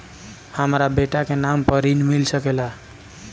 हमरा बेटा के नाम पर ऋण मिल सकेला?